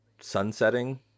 sunsetting